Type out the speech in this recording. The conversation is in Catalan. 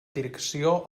direcció